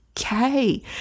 okay